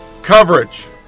Coverage